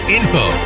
info